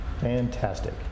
Fantastic